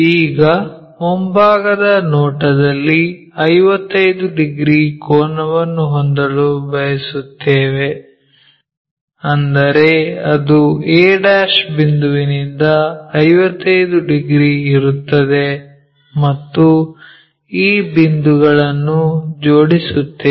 ಈಗ ಮುಂಭಾಗದ ನೋಟದಲ್ಲಿ 55 ಡಿಗ್ರಿ ಕೋನವನ್ನು ಹೊಂದಲು ಬಯಸುತ್ತೇವೆ ಅಂದರೆ ಅದು a ಬಿಂದುವಿನಿಂದ 55 ಡಿಗ್ರಿ ಇರುತ್ತದೆ ಮತ್ತು ಈ ಬಿಂದುಗಳನ್ನು ಜೋಡಿಸುತ್ತೇವೆ